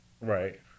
Right